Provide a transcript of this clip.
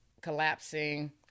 collapsing